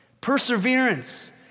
Perseverance